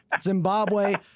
Zimbabwe